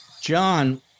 John